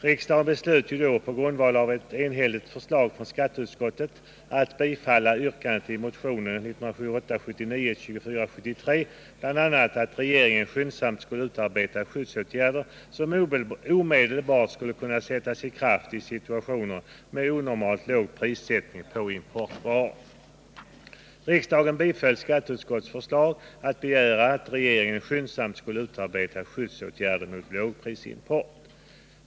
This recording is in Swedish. Riksdagen beslöt ju då på grundval av ett enhälligt förslag från skatteutskottet att bifalla förslag i motionen 1978/79:2473, bl.a. att regeringen skyndsamt skulle utarbeta skyddsåtgärder som omedelbart skulle kunna sättas i kraft i situationer med onormalt låg prissättning av importvaror. Riksdagen biföll alltså skatteutskottets förslag att begära att regeringen skyndsamt skulle utarbeta skyddsåtgärder mot lågprisimport.